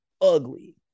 ugly